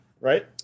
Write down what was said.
right